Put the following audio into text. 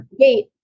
Wait